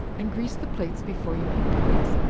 and grease the plates before you make pies